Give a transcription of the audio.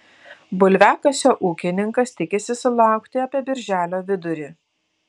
bulviakasio ūkininkas tikisi sulaukti apie birželio vidurį